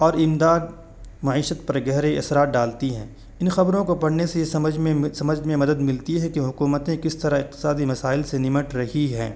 اور امداد معیشت پر گہرے اثرات ڈالتی ہیں ان خبروں کو پڑھنے سے سمجھ میں سمجھ میں مدد ملتی ہے کہ حکومتیں کس طرح اقتصادی مسائل سے نمٹ رہی ہیں